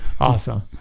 awesome